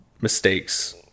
mistakes